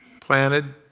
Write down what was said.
planted